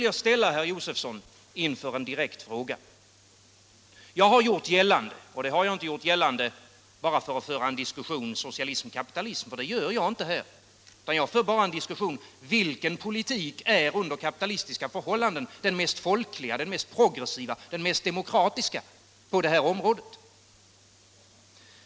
Jag har inte diskuterat socialism kontra kapitalism — den diskussionen för jag inte här — utan jag har diskuterat vilken politik som under kapitalistiska förhållanden är den mest folkliga, den mest progressiva, den mest demokratiska på detta område.